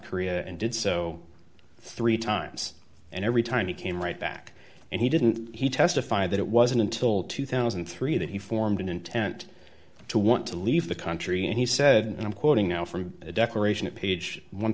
korea and did so three times and every time he came right back and he didn't he testify that it wasn't until two thousand and three that he formed an intent to want to leave the country and he said and i'm quoting now from a decoration at page one